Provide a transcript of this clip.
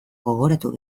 gogoratu